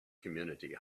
community